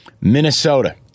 Minnesota